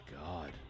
God